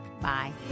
Bye